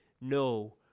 no